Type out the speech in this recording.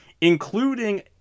including